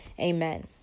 Amen